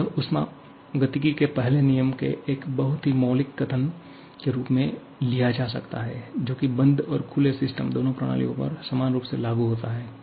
तो यह ऊष्मागतिकी के पहले नियम के एक बहुत ही मौलिक कथन के रूप में लिया जा सकता है जो कि बंद और खुले दोनों प्रणालियों पर समान रूप से लागू होता है